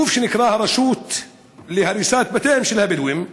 הגוף שנקרא "הרשות להריסת בתיהם של הבדואים"